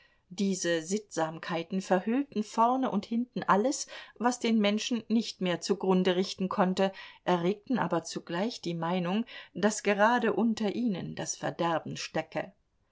diese sittsamkeiten verhüllten vorne und hinten alles was den menschen nicht mehr zugrunde richten konnte erregten aber zugleich die meinung daß gerade unter ihnen das verderben stecke